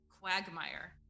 quagmire